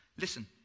Listen